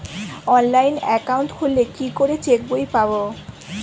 Online account খুললে কি করে চেক বই পাব?